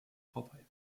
vorbei